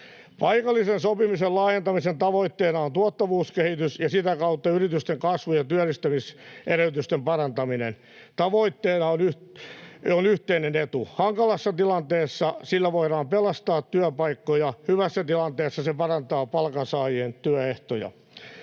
Paikallisen sopimisen laajentamisen tavoitteena on tuottavuuskehitys ja sitä kautta yritysten kasvu- ja työllistämisedellytysten parantaminen. Tavoitteena on yhteinen etu: hankalassa tilanteessa sillä voidaan pelastaa työpaikkoja, hyvässä tilanteessa se parantaa palkansaajien työehtoja.